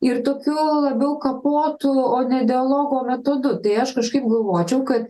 ir tokiu labiau kapotu o ne dialogo metodu tai aš kažkaip galvočiau kad